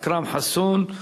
אכרם חסון.